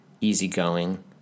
easy-going